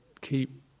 keep